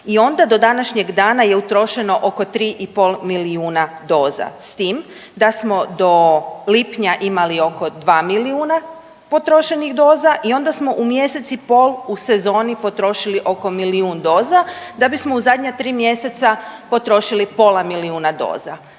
i onda do današnjeg dana je utrošeno oko 3,5 milijuna doza. S tim da smo do lipnja imali oko 2 milijuna potrošenih doza i onda smo u mjeseci pol u sezoni potrošili oko milijun doza, da bismo u zadnja 3 mjeseca potrošili pola milijuna doza.